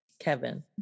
kevin